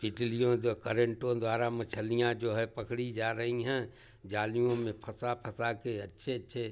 तितलियों द करेंटों द्वारा मछलियाँ जो हैं पकड़ी जा रही हैं जालियों में फँसा फँसा के अच्छे अच्छे